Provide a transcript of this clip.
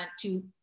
to-